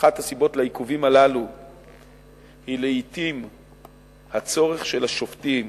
לעיכובים הללו היא הצורך של השופטים